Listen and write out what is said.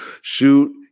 Shoot